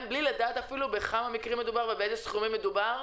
בלי לדעת אפילו בכמה מקרים מדובר ובאילו סכומים מדובר.